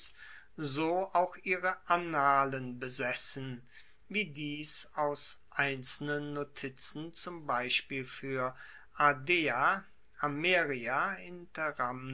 so auch ihre annalen besessen wie dies aus einzelnen notizen zum beispiel fuer ardea ameria interamna